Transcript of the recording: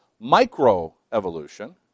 microevolution